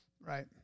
Right